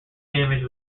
damage